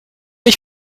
ich